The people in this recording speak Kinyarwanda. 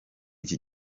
iki